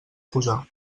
posar